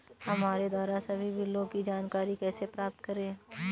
हमारे द्वारा सभी बिलों की जानकारी कैसे प्राप्त करें?